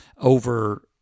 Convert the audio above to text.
over